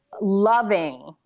Loving